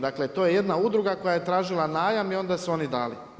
Dakle to je jedna udruga koja je tražila najam i onda su oni dali.